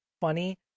funny